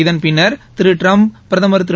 இதன் பின்னர் திரு ட்ரம்ப் பிரதமர் திரு